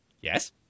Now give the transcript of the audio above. yes